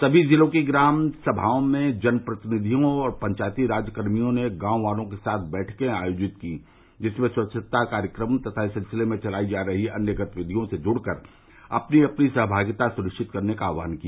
सभी जिलों की ग्राम समाओं में जनप्रतिनिधियों और पंचायती राज कर्मियों ने गॉव वालों के साथ बैठके आयोजित की जिसमें स्वच्छता कार्यक्रमों तथा इस सिलसिले में चलायी जा रही अन्य गतिविधियों से जुड़कर अपनी अपनी सहमागिता सुनिश्चित करने का आह्वान किया